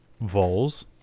voles